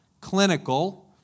clinical